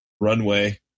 runway